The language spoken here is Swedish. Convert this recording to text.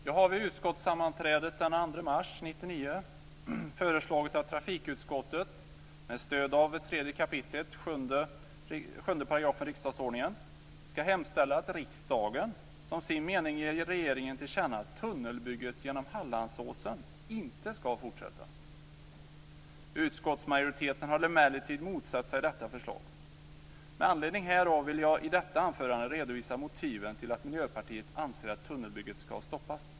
Fru talman! Jag har vid utskottssammanträdet den Utskottsmajoriteten har emellertid motsatt sig detta förslag. Med anledning av detta vill jag i detta anförande redovisa motiven till att Miljöpartiet anser att tunnelbygget skall stoppas.